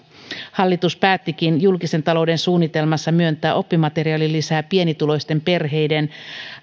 hallitus päättikin julkisen talouden suunnitelmassa myöntää oppimateriaalilisää pienituloisten perheiden